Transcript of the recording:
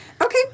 Okay